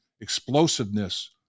explosiveness